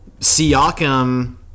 Siakam